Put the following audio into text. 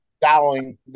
Dowling